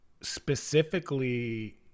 specifically